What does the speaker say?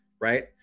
right